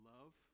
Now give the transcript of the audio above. Love